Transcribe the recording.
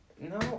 No